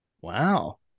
Wow